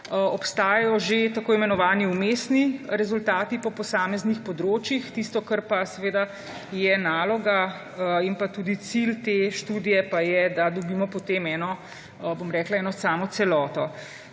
Obstajajo že tako imenovani vmesni rezultati po posameznih področjih. Tisto, kar pa je naloga in pa tudi cilj te študije, pa je, da dobimo potem eno samo celoto.